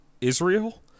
israel